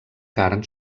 carn